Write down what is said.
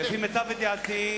לפי מיטב ידיעתי,